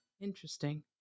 Interesting